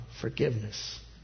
forgiveness